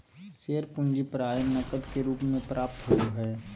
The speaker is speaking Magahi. शेयर पूंजी प्राय नकद के रूप में प्राप्त होबो हइ